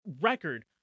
record